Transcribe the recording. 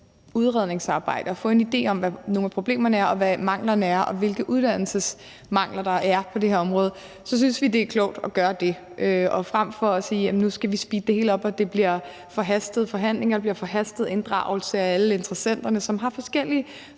udredningsarbejde og har fået en idé om, hvad nogle af problemerne er, hvad manglerne er, og hvilke uddannelsesmangler der er på det her område, synes vi, det er klogt at gøre det frem for at sige, at nu skal vi speede det hele op, for det bliver forhastet, forhandlingerne bliver forhastede, og vi skal også have inddraget alle interessenterne, som har forskellige